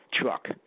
truck